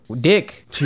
dick